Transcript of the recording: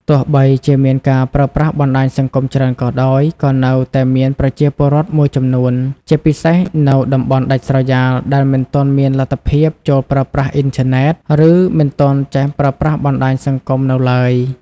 ទោះបីជាមានការប្រើប្រាស់បណ្ដាញសង្គមច្រើនក៏ដោយ ក៏នៅតែមានប្រជាពលរដ្ឋមួយចំនួន ជាពិសេសនៅតំបន់ដាច់ស្រយាលដែលមិនទាន់មានលទ្ធភាពចូលប្រើប្រាស់អ៊ីនធឺណិត ឬមិនទាន់ចេះប្រើប្រាស់បណ្ដាញសង្គមនៅឡើយ។